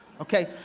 Okay